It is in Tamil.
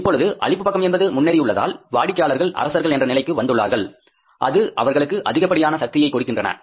இப்பொழுது அளிப்பு பக்கம் என்பது முன்னேறி உள்ளதால் வாடிக்கையாளர்கள் அரசர்கள் என்ற நிலைக்கு வந்துள்ளார்கள் அது அவர்களுக்கு அதிகப்படியான சக்தியை கொடுக்கின்றன